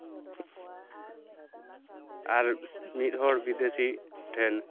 ᱟᱨ ᱢᱤᱫ ᱦᱚᱲ ᱵᱤᱫᱮᱥᱤ ᱴᱷᱮᱱ